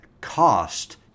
cost